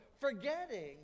Forgetting